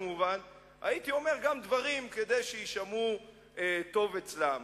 הייתי אומר גם דברים שיישמעו טוב אצלם.